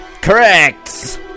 Correct